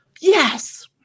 yes